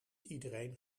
iedereen